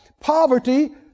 poverty